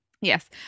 Yes